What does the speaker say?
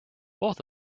both